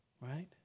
right